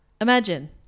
Imagine